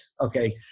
okay